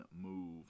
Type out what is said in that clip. Move